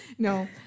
No